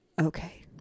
okay